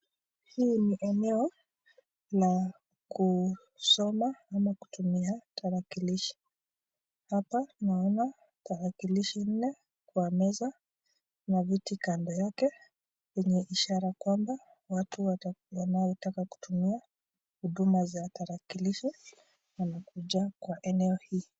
Hii ni eneo ya kusoma ama kutumia tarakilishi, hapa naona tarakilishi nne kwa meza na viti kando yake yenye ishara kwamba watu wanaotaka kutumia huduma za tarakilishi wanakuja kwa eneo hii.